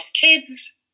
kids